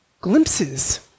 glimpses